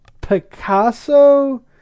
Picasso